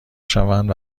شوند